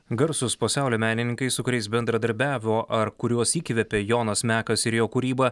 garsūs pasaulio menininkai su kuriais bendradarbiavo ar kuriuos įkvepė jonas mekas ir jo kūryba